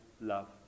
love